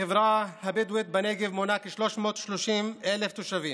החברה הבדואית בנגב מונה 330,000 תושבים,